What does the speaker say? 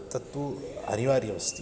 तत्तु अनिवार्यमस्ति